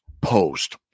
post